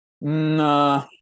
Nah